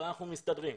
אבל אנחנו מסתדרים.